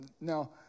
Now